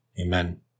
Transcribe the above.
Amen